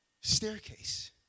staircase